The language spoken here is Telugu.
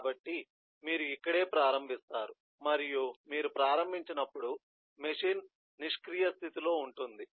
కాబట్టి మీరు ఇక్కడే ప్రారంభిస్తారు మరియు మీరు ప్రారంభించినప్పుడు మెషిన్ నిష్క్రియ స్థితిలో ఉంటుంది